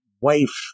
wife